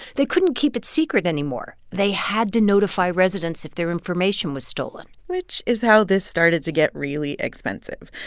they couldn't keep it secret anymore. they had to notify residents if their information was stolen which is how this started to get really expensive,